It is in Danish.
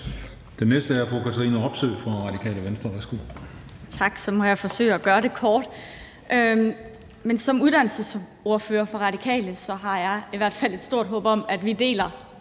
Kl. 13:48 Katrine Robsøe (RV): Tak, så må jeg forsøge at gøre det kort. Som uddannelsesordfører for Radikale har jeg i hvert fald et stort håb om, at vi deler